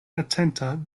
atenta